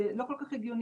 זה לא כל כך הגיוני.